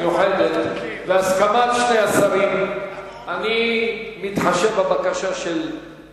נגד, 1. רבותי, אם כן, הנושא יועבר לוועדת החינוך,